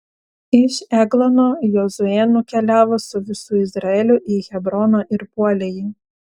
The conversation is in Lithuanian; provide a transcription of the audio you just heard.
iš eglono jozuė nukeliavo su visu izraeliu į hebroną ir puolė jį